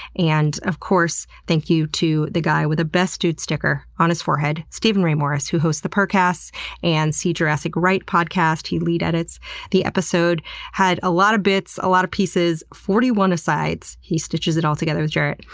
and of course, thank you to the guy with a best dude sticker on his forehead, steven ray morris, who hosts the purrrcast and see jurassic right podcast. he lead-edits the episode had a lot of bits, a lot of pieces, and forty one asides. he stitches it all together with jarrett.